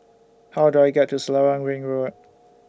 How Do I get to Selarang Ring Road